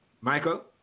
Michael